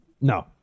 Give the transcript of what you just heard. No